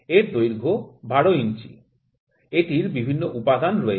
এর দৈর্ঘ্য ১২ ইঞ্চি এটির বিভিন্ন উপাদান রয়েছে